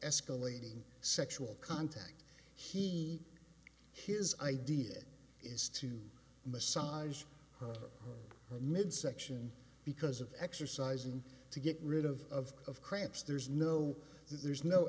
escalating sexual contact he his idea is to massage her midsection because of exercising to get rid of cramps there's no there's no